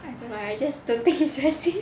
I don't know I just don't think it's very safe